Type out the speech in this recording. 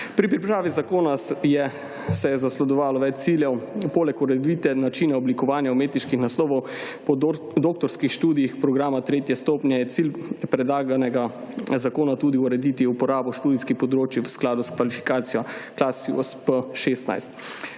Pri pripravi zakona se je zasledovalo več ciljev. Poleg ureditve načina oblikovanja umetniških naslovov, po doktorskih študijih, programa tretje stopnje je cilj predlaganega zakona tudi urediti uporabo študijskih področij v skladu s kvalifikacijo klasius P-16.